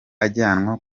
ajyanwa